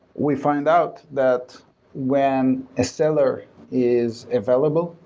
we find out that when a seller is available,